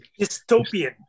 dystopian